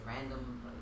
random